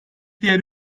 diğer